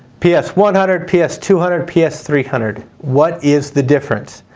ps one hundred. ps two hundred. ps three hundred. what is the difference?